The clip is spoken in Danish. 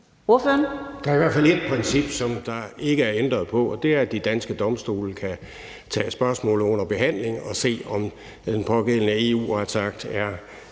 Der er i hvert fald et princip, der ikke er ændret på, og det er, at de danske domstole kan tage spørgsmål under behandling og se, om den pågældende EU-retsakt